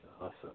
awesome